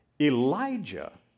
Elijah